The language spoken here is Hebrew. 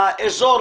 האיזור,